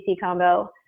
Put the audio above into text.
combo